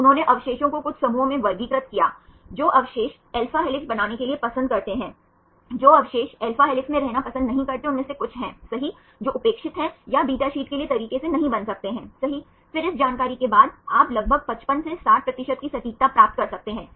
तो मुख्य रूप से इन व्यवस्थाओं को कुछ विशिष्ट परमाणुओं के बीच हाइड्रोजन बांड द्वारा बनाए रखा जाता है